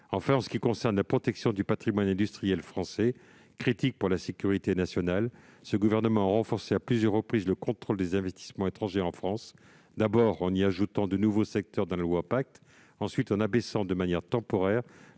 Enfin, en ce qui concerne la protection du patrimoine industriel français, critique pour la sécurité nationale, le Gouvernement a renforcé à plusieurs reprises le contrôle des investissements étrangers en France. D'abord, en élargissant, dans la loi Pacte, les secteurs qui y sont soumis ; ensuite, en abaissant de 25 % à 10 %, de